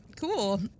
cool